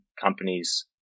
companies